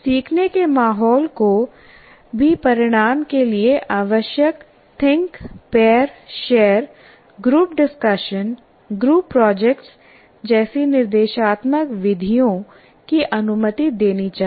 सीखने के माहौल को भी परिणाम के लिए आवश्यक think pair share group discussion group projects जैसी निर्देशात्मक विधियों की अनुमति देनी चाहिए